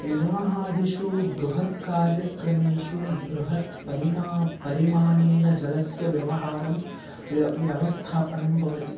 विवाहादिषु बृहत् कार्यक्रमेषु बृहत् परिणामं परिमाणेन जलस्य व्यवहारं व्य व्यवस्थापनं भवति